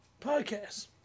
podcast